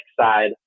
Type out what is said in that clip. side